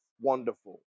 wonderful